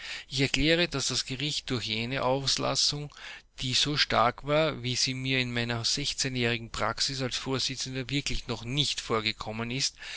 erkläre daß das gericht durch jene auslassung die so stark war wie sie mir in männer jährigen praxis als vorsitzender wirklich noch nicht vorgekommen ist